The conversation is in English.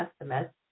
estimates